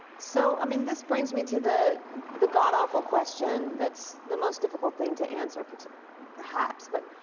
so, i mean this brings me to the the godawful question that's the most difficult thing to answer but perhaps. but,